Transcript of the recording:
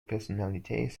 personnalités